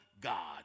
God